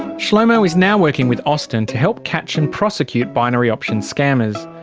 shlomo is now working with austin to help catch and prosecute binary option scammers.